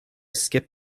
skip